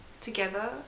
together